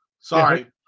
sorry